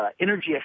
energy